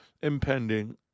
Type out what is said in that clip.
impending